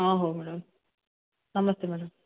ହଁ ହେଉ ମ୍ୟାଡାମ୍ ନମସ୍ତେ ମ୍ୟାଡାମ୍